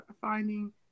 finding